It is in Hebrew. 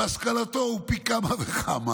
שבהשכלתו הוא פי כמה וכמה,